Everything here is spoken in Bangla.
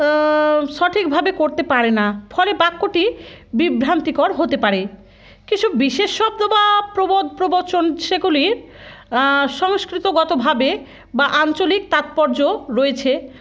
সঠিকভাবে করতে পারে না ফলে বাক্যটি বিভ্রান্তিকর হতে পারে কিছু বিশেষ শব্দ বা প্রবাদ প্রবচন সেগুলির সংস্কৃতগতভাবে বা আঞ্চলিক তাৎপর্য রয়েছে